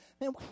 Man